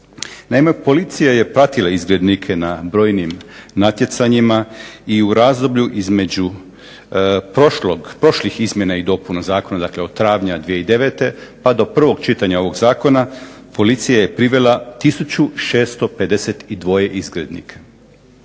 Naime policija je pratila izgrednike na brojnim natjecanjima, i u razdoblju između prošlih izmjena i dopuna zakona, dakle od travnja 2009. pa do prvog čitanja ovog zakona policija je privela tisuću 652 izgrednika.